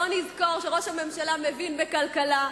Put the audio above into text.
בואו נזכור שראש הממשלה מבין בכלכלה,